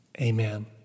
Amen